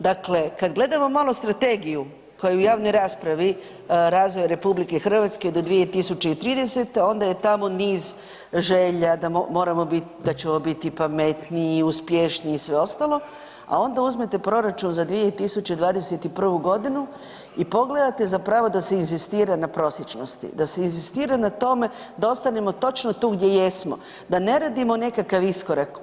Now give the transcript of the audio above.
Dakle, kada gledamo malo strategiju koja je u javnoj raspravi razvoj Republike Hrvatske do 2030. onda je tamo niz želja da moramo biti, da ćemo biti pametniji, uspješniji i sve ostalo, a onda uzmete proračun za 2021. godinu i pogledate zapravo da se inzistira na prosječnosti, da se inzistira na tome da ostanemo točno tu gdje jesmo, da ne radimo nekakav iskorak.